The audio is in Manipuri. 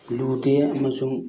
ꯂꯨꯗꯦ ꯑꯃꯁꯨꯡ